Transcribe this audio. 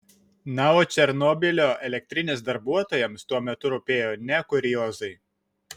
na o černobylio elektrinės darbuotojams tuo metu rūpėjo ne kuriozai